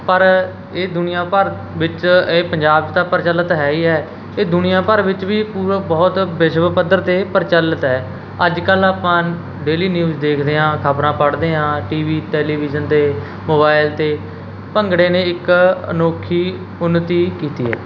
ਪਰ ਇਹ ਦੁਨੀਆ ਭਰ ਵਿੱਚ ਇਹ ਪੰਜਾਬ 'ਚ ਤਾਂ ਪ੍ਰਚਲਿਤ ਹੈ ਹੀ ਹੈ ਇਹ ਦੁਨੀਆ ਭਰ ਵਿੱਚ ਵੀ ਪੂਰਾ ਬਹੁਤ ਵਿਸ਼ਵ ਪੱਧਰ 'ਤੇ ਪ੍ਰਚਲਿਤ ਹੈ ਅੱਜ ਕੱਲ੍ਹ ਆਪਾਂ ਡੇਲੀ ਨਿਊਜ਼ ਦੇਖਦੇ ਹਾਂ ਖ਼ਬਰਾਂ ਪੜ੍ਹਦੇ ਹਾਂ ਟੀ ਵੀ ਟੈਲੀਵਿਜ਼ਨ ਅਤੇ ਮੋਬਾਇਲ 'ਤੇ ਭੰਗੜੇ ਨੇ ਇੱਕ ਅਨੋਖੀ ਉੱਨਤੀ ਕੀਤੀ ਹੈ